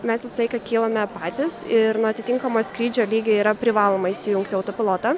mes visą laiką kylame patys ir nuo atitinkamo skrydžio lygio yra privaloma įsijungti autopilotą